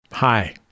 Hi